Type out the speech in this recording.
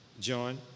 John